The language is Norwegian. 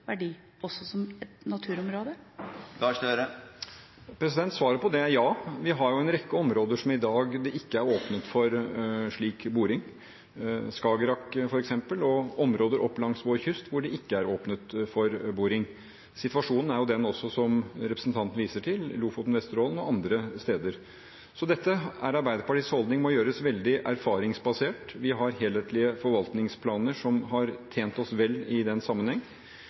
verdi også som naturområde? Svaret på det er ja. Vi har jo en rekke områder som i dag ikke er åpnet for slik boring, Skagerrak f.eks. og områder langs vår kyst hvor det ikke er åpnet for boring. Situasjonen er jo den også, som representanten viser til, i Lofoten og Vesterålen og andre steder. Så dette er Arbeiderpartiets holdning og må gjøres veldig erfaringsbasert. Vi har helhetlige forvaltningsplaner som har tjent oss vel i den sammenheng.